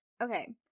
Okay